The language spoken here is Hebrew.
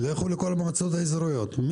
לכו לכל המועצות האזוריות,